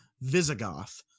Visigoth